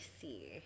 see